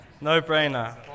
no-brainer